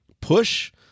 push